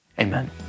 Amen